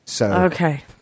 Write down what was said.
Okay